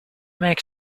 make